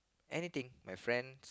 anything my friends